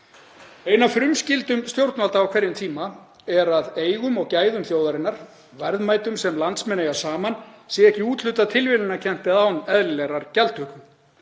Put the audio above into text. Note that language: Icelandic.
Ein af frumskyldum stjórnvalda á hverjum tíma er að eigum og gæðum þjóðarinnar, verðmætum sem landsmenn eiga saman, sé ekki úthlutað tilviljunarkennt eða án eðlilegrar gjaldtöku.